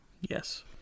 Yes